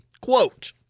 Quote